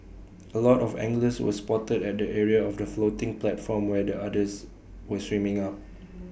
A lot of anglers were spotted at the area of the floating platform where the otters were swimming up